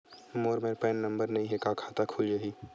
मोर मेर PAN number नई हे का खाता खुल जाही?